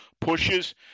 pushes